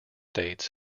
dates